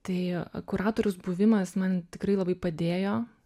tai kuratoriaus buvimas man tikrai labai padėjo